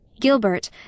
Gilbert